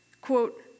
Quote